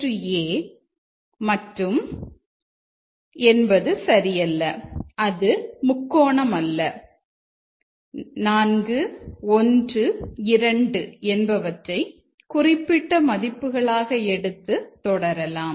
a மற்றும் என்பது சரியல்ல அது முக்கோணம் அல்ல 4 1 2 என்பவற்றை குறிப்பிட்ட மதிப்புகளாக எடுத்து தொடரலாம்